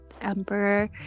emperor